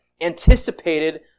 anticipated